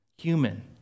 human